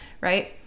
right